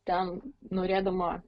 ten norėdama